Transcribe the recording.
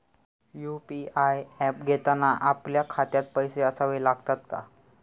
UPI app घेताना आपल्या खात्यात पैसे असावे लागतात का?